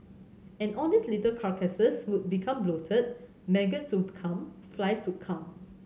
and all these little carcasses would become bloated maggots come flies to come